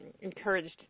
encouraged